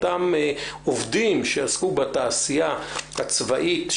אותם עובדים שעסקו בתעשייה הצבאית,